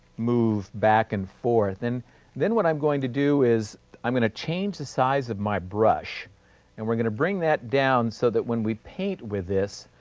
move back and forth. and then, what i'm going to do is i'm going to change the size of my brush and we're going to bring that down so that when we paint with this,